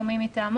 או מי מטעמו.